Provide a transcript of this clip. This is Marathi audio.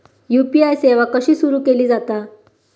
यू.पी.आय सेवा कशी सुरू केली जाता?